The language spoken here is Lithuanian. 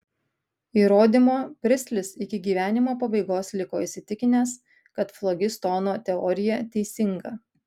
įrodymo pristlis iki gyvenimo pabaigos liko įsitikinęs kad flogistono teorija teisinga